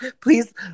Please